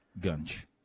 gunch